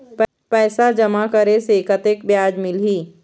पैसा जमा करे से कतेक ब्याज मिलही?